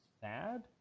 sad